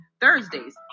Thursdays